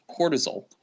cortisol